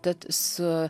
tad su